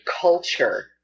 culture